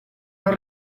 non